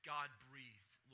God-breathed